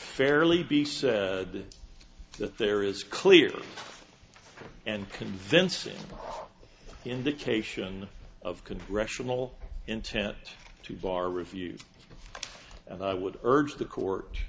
fairly be said that there is clear and convincing indication of congressional intent to bar review and i would urge the court